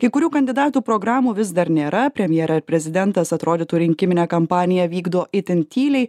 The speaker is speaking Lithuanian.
kai kurių kandidatų programų vis dar nėra premjerė ir prezidentas atrodytų rinkiminę kampaniją vykdo itin tyliai